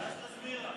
ד"ש לזמירה.